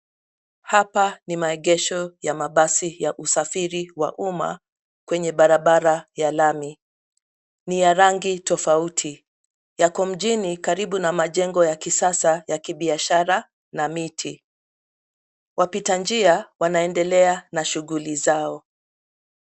Hapa ni maegesho ya mabasi ya usafiri wa umma kwenye barabara ya lami ni ya rangi tofauti, yako mjini karibu na majengo ya kisasa ya kibiashara na miti. Wapita njia wanaendelea na shughuli zao.